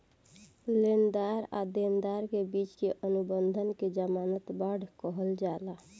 लेनदार आ देनदार के बिच के अनुबंध के ज़मानत बांड कहल जाला